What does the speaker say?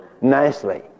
nicely